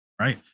Right